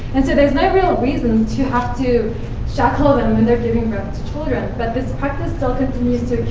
and so there's no real reason to have to shackle them when they're giving birth to children. but this practice still continues to